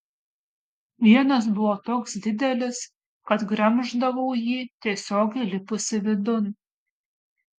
vienas buvo toks didelis kad gremždavau jį tiesiog įlipusi vidun